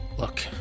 Look